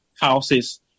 houses